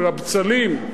לבצלים.